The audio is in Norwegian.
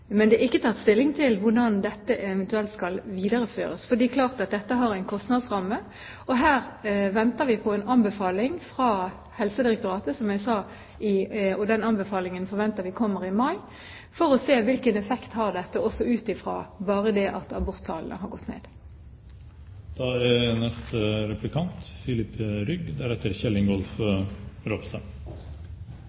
ikke tatt stilling til hvordan dette eventuelt skal videreføres, for det er klart at dette har en kostnadsramme. Her venter vi på en anbefaling fra Helsedirektoratet, og den forventer vi kommer i mai, for man må se hvilken effekt dette har ut fra det at aborttallene har gått ned. Det er